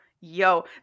yo